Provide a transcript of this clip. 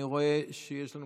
אני רואה שיש לנו